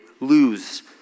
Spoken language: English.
lose